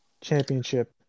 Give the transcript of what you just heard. championship